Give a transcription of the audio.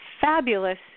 fabulous